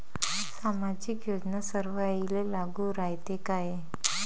सामाजिक योजना सर्वाईले लागू रायते काय?